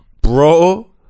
Bro